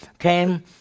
Came